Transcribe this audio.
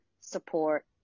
support